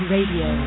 Radio